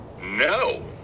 No